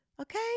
okay